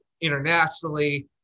internationally